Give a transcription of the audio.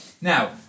Now